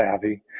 savvy